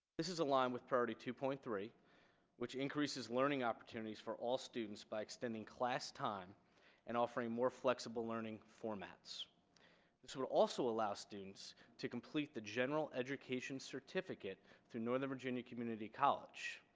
this is a line with priority two point three which increases learning opportunities for all students by extending class time and offering more flexible learning formats this will also allow students to complete the general education certificate to northern virginia community college